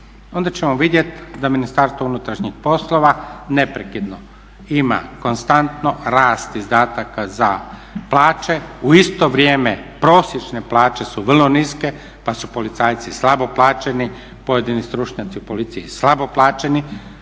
Onda ćemo vidjeti da Ministarstvo unutarnjih poslova neprekidno ima konstantno rast izdataka za plaće, u isto vrijeme prosječne plaće su vrlo niske pa su policajci slabo plaćeni, pojedini stručnjaci u policiji slabo plaćeni